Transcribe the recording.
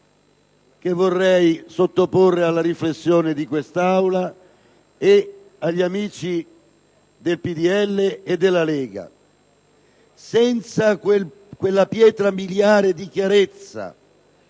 che vorrei sottoporre alla riflessione di quest'Aula e agli amici del PdL e della Lega: senza quella pietra miliare di chiarezza